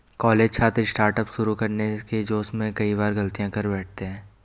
college छात्र startup शुरू करने के जोश में कई बार गलतियां कर बैठते हैं